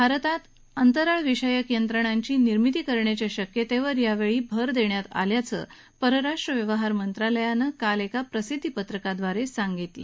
भारतात अंतराळ विषयक यंत्रणांची निर्मिती करण्याच्या शक्यतेवर यावेळी भर देण्यात आल्याचं परराष्ट्र व्यवहार मंत्रालयानं काल एका प्रसिद्दी पत्रकाद्वारे सांगितलं